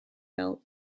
belt